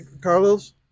carlos